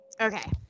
Okay